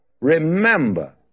remember